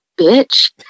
bitch